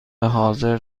حاضر